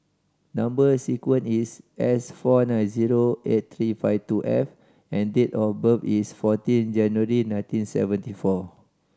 number sequence is S four nine zero eight three five two F and date of birth is fourteen January nineteen seventy four